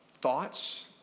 thoughts